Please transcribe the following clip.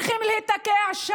יכולים לקבל סיוע